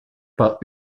pas